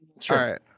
Sure